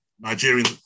Nigerian